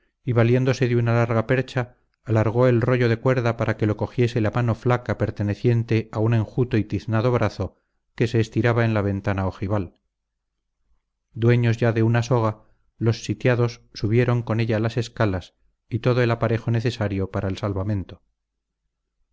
y valiéndose de una larga percha alargó el rollo de cuerda para que lo cogiese la mano flaca perteneciente a un enjuto y tiznado brazo que se estiraba en la ventana ojival dueños ya de una soga los sitiados subieron con ella las escalas y todo el aparejo necesario para el salvamento